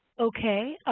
okay.